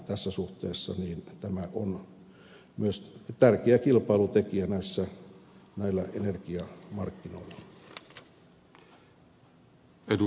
tässä suhteessa tämä on myös tärkeä kilpailutekijä näillä energiamarkkinoilla